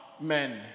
men